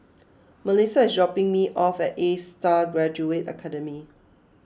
Mellisa is dropping me off at A Star Graduate Academy